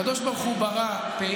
הקדוש ברוך הוא ברא פה,